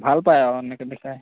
ভাল পায় আৰু তেনেকৈ দেখাই